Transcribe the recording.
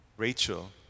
Rachel